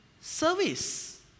service